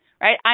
Right